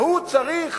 והוא צריך